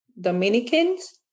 Dominicans